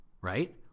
right